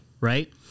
right